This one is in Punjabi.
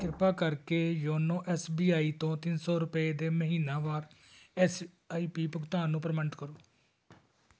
ਕਿਰਪਾ ਕਰਕੇ ਯੋਨੋ ਐੱਸ ਬੀ ਆਈ ਤੋਂ ਤਿੰਨ ਸੌ ਰੁਪਏ ਦੇ ਮਹੀਨਾਵਾਰ ਐੱਸ ਆਈ ਪੀ ਭੁਗਤਾਨ ਨੂੰ ਪ੍ਰਮਾਣਿਤ ਕਰੋ